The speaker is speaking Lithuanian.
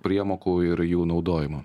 priemokų ir jų naudojimo